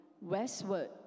westward